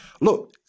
look